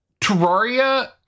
Terraria